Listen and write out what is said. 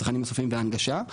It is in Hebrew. צרכים נוספים בהנגשה.